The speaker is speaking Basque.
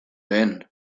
lehen